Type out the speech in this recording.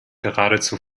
geradezu